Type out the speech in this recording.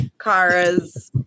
Kara's